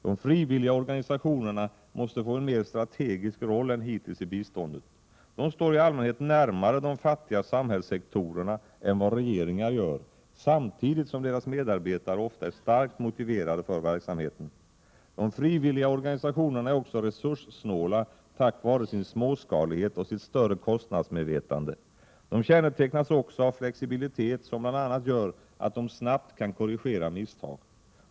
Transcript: De frivilliga organisationerna måste få en mer strategisk roll än hittills i biståndet. De står i allmänhet närmare de fattiga samhällssektorerna än vad regeringar gör, samtidigt som deras medarbetare ofta är starkt motiverade för verksamheten. De frivilliga organisationerna är också resurssnåla tack vare sin småskalighet och sitt större kostnadsmedvetande. De kännetecknas också av flexibilitet, som bl.a. gör att de snabbt kan korrigera misstag.